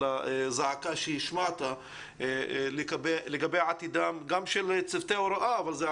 לזעקה שהשמעת לגבי עתידם גם של צוותי הוראה אבל זה גם